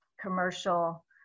commercial